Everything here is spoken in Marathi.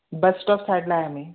बस स्टॉप साईडला आहे आम्ही